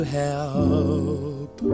help